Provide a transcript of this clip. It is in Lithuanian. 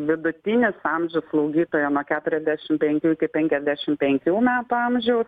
vidutinis amžius slaugytojo nuo keturiasdešim penkių iki penkiasdešim penkių metų amžiaus